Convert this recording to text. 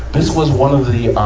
this was one of the,